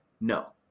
No